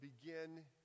begin